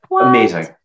Amazing